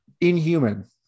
inhuman